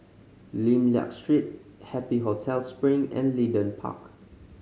Lim Liak Street Happy Hotel Spring and Leedon Park